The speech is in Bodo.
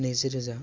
नैजि रोजा